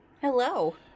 Hello